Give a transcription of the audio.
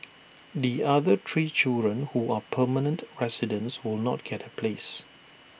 the other three children who are permanent residents will not get A place